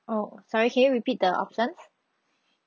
oh sorry can you repeat the options